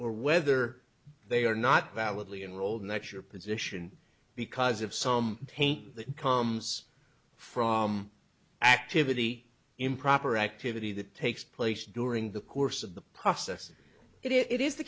or whether they are not valid lee and roll next your position because of some pain that comes from activity improper activity that takes place during the course of the process it is the